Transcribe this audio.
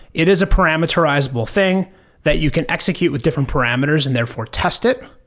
it is a parameterizable thing that you can execute with different parameters and therefore test it.